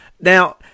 Now